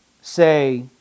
say